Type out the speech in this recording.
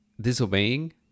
disobeying